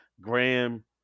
Graham